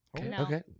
okay